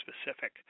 specific